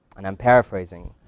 and i'm paraphrasing,